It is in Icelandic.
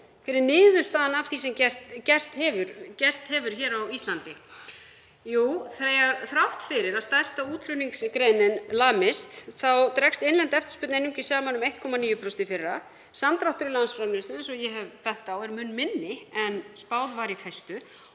Hver er niðurstaðan af því sem gerst hefur á Íslandi? Jú, þrátt fyrir að stærsta útflutningsgreinin lamist dregst innlend eftirspurn einungis saman um 1,9% í fyrra. Samdráttur í landsframleiðslu, eins og ég hef bent á, er mun minni en spáð var í fyrstu